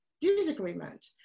disagreement